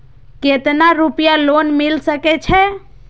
केतना रूपया लोन मिल सके छै?